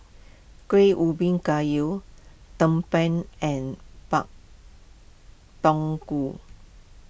Kueh Ubi Kayu Tumpeng and Pak Thong Ko